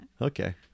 okay